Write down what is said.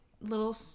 little